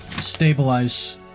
stabilize